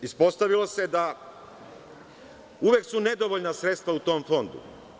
Ispostavilo se da su uvek nedovoljna sredstva u tom Fondu.